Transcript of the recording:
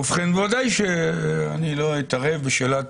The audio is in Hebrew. ובכן, ודאי שאני לא אתערב בשאלת